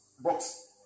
Box